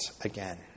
again